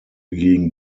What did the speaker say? gegen